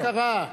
מה קרה?